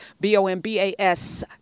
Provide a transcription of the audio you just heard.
B-O-M-B-A-S